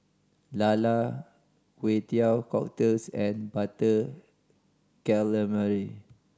lala Kway Teow Cockles and Butter Calamari